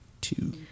two